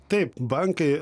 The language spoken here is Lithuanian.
taip bankai